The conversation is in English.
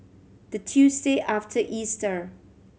the Tuesday after Easter